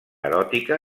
eròtica